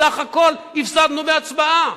בסך הכול הפסדנו בהצבעה.